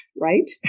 right